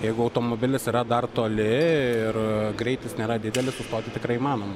jeigu automobilis yra dar toli ir greitis nėra didelis sustoti tikrai įmanoma